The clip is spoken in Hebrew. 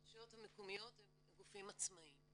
הרשויות המקומיות הם גופים עצמאיים.